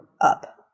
up